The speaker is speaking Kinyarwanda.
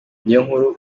niyonkuru